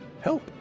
Help